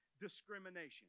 discrimination